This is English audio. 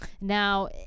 now